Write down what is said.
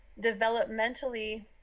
developmentally